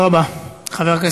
יש כאלה